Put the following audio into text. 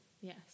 Yes